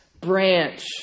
branch